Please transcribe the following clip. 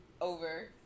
over